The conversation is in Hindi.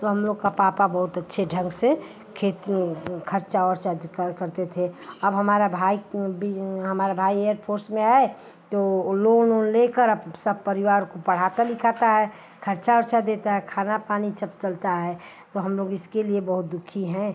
तो हम लोग के पापा बहुत अच्छे ढंग से खेती ख़र्चा उर्चा अधिक करते थे अब हमारा भाई हमारा भाई एयरफोर्स में है तो वह लोन वोन लेकर अब सब परिवार को पढ़ाता लिखाता है ख़र्चा वर्चा देता है खाना पानी सब चलता है तो हम लोग इसके लिए बहुत दुखी हैं